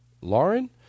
Lauren